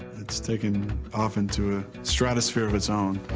it's taken off into a stratosphere of its own.